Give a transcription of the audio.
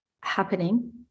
happening